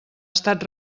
estat